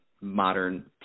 modern